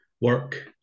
work